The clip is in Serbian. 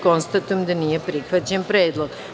Konstatujem da nije prihvaćen predlog.